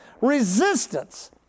resistance